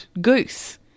goose